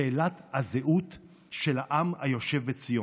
שאלת הזהות של העם היושב בציון.